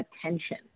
attention